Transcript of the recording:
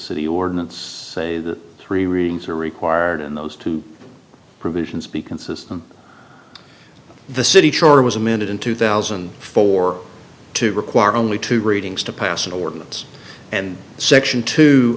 city ordinance say that three readings are required in those two provisions be consistent the city charter was amended in two thousand and four to require only two readings to pass an ordinance and section t